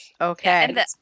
Okay